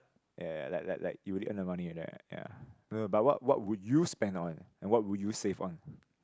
ya ya like like like you only earn the money right ya no no but what what would you spend on and what would you save on